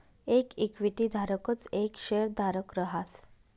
येक इक्विटी धारकच येक शेयरधारक रहास